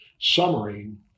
submarine